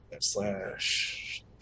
slash